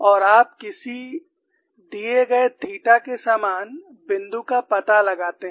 और आप किसी दिए गए थीटा के समान बिंदु का पता लगाते हैं